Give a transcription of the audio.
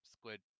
squid